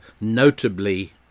notably